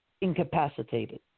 incapacitated